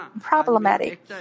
problematic